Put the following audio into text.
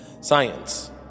Science